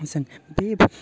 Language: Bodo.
जों बेफ